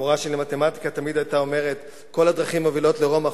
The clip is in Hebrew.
המורה שלי למתמטיקה תמיד היתה אומרת: כל הדרכים מובילות לרומא,